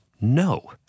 no